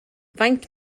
faint